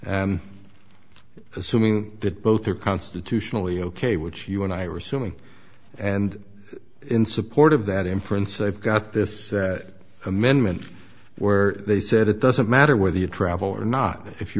and assuming that both are constitutionally ok which you and i are assuming and in support of that inference they've got this amendment where they said it doesn't matter whether you travel or not if you